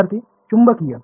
विद्यार्थीः चुंबकीय